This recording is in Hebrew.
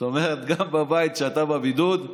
זאת אומרת, גם בבית, כשאתה בבידוד,